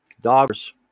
dogs